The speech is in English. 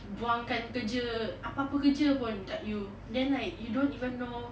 buangkan kerja apa-apa kerja pun dekat you then like you don't even know